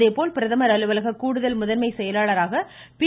அதேபோல் பிரதமர் அலுவலக கூடுதல் முதன்மை செயலாளராக பி